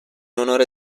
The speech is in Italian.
onore